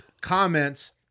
comments